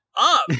up